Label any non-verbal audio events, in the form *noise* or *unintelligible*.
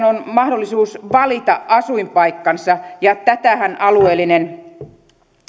*unintelligible* on mahdollisuus valita asuinpaikkansa ja tätähän alueellinen